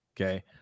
Okay